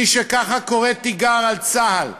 מי שככה קורא תיגר על צה"ל,